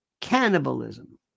cannibalism